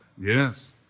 Yes